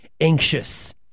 anxious